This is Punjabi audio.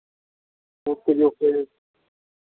ਓਕੇ ਜੀ ਓਕੇ